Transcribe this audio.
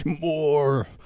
more